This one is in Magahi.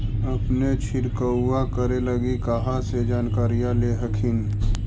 अपने छीरकाऔ करे लगी कहा से जानकारीया ले हखिन?